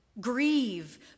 Grieve